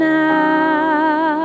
now